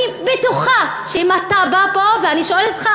אני בטוחה שאם אתה בא לפה ואני שואלת אותך,